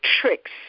tricks